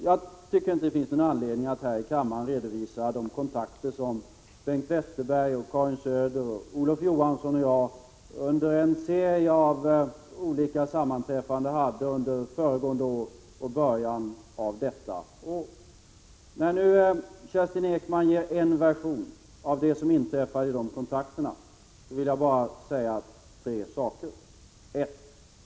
Jag tycker inte det finns någon anledning att här i kammaren redovisa de kontakter som Bengt Westerberg, Karin Söder, Olof Johansson och jag under en serie av olika sammanträffanden hade under föregående år och början av detta. När nu Kerstin Ekman ger en version av det som inträffat under de kontakterna vill jag bara säga tre saker. 1.